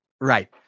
Right